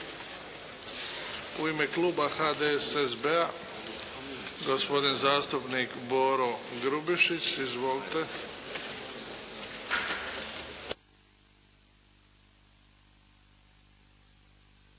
U ime Kluba HDSSB-a, gospodin zastupnik Boro Grubišić. Izvolite.